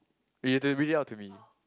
you to read it out to me